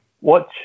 watch